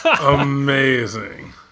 Amazing